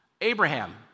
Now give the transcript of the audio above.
Abraham